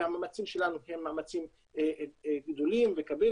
והמאמצים שלנו הם מאמצים גדולים וכבירים